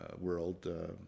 world